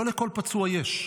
לא לכל פצוע יש.